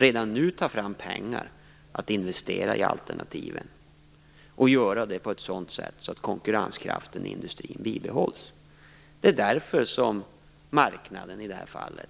Redan nu tar vi fram pengar att investera i alternativen och gör det på sådant sätt att konkurrenskraften i industrin bibehålls. Det är därför som marknaden i det här fallet